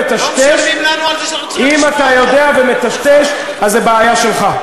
לא משלמים לנו על זה שאנחנו צריכים לשמוע אותך.